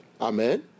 Amen